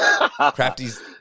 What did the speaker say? Crafty's